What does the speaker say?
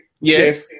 yes